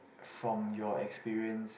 from your experiences